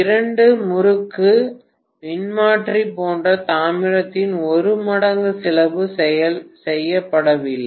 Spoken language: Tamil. இரண்டு முறுக்கு மின்மாற்றி போன்ற தாமிரத்தின் இரு மடங்கு செலவு செய்யப்படவில்லை